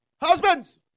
Husbands